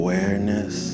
Awareness